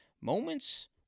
Moments